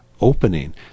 opening